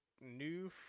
new